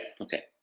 Okay